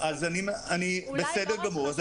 בסדר גמור,